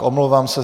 Omlouvám se.